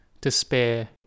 despair